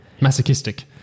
masochistic